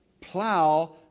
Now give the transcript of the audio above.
plow